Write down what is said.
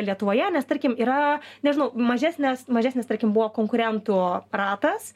lietuvoje nes tarkim yra nežinau mažesnės mažesnis tarkim buvo konkurentų ratas